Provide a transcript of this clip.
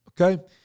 Okay